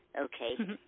Okay